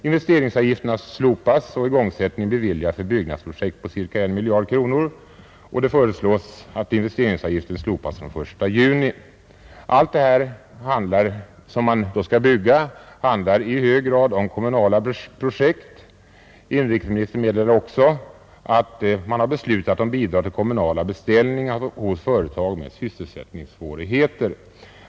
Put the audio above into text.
Investeringsavgifterna slopas och igångsättningstillstånd beviljas för byggnadsprojekt på ca 1 miljard kronor, och det föreslås att investeringsavgiften slopas från den 1 juni. Allt det som man då skall bygga är i hög grad kommunala projekt. Inrikesministern meddelar också att man har beslutat om bidrag till kommunala beställningar hos företag med sysselsättningssvårigheter.